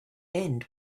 end